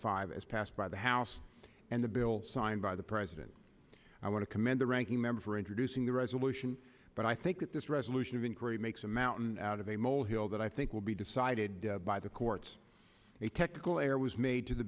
five as passed by the house and the bill signed by the president i want to commend the ranking member for introducing the resolution but i think that this resolution of inquiry makes a mountain out of a molehill that i think will be decided by the courts a technical error was made to the